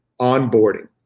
onboarding